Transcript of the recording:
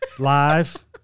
Live